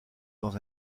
dans